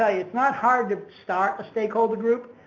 ah it's not hard to start a stakeholder group.